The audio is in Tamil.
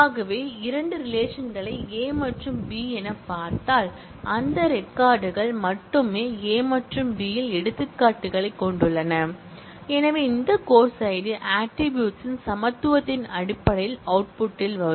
ஆகவே இரண்டு ரிலேஷன் களை A மற்றும் B எனப் பார்த்தால் அந்த ரெக்கார்ட் கள் மட்டுமே A மற்றும் B இல் எடுத்துக்காட்டுகளைக் கொண்டுள்ளன இந்த course id ஆட்ரிபூட்ஸ் க்கூறின் சமத்துவத்தின் அடிப்படையில் அவுட்புட்டில் வரும்